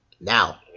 Now